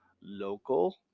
local